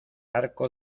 arco